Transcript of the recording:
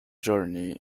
journey